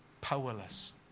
powerless